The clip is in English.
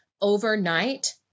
overnight